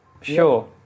Sure